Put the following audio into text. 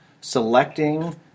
selecting